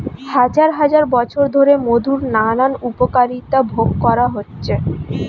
হাজার হাজার বছর ধরে মধুর নানান উপকারিতা ভোগ করা হচ্ছে